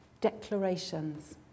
declarations